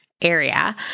area